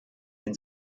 den